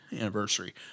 Anniversary